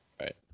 Right